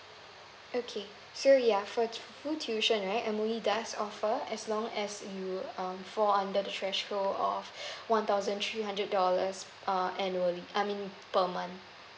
okay so ya for full tuition right M_O_E does offer as long as you um fall under the threshold of one thousand three hundred dollars uh annually I mean per month